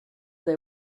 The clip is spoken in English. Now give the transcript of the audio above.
they